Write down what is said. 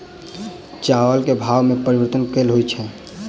चावल केँ भाव मे परिवर्तन केल होइ छै?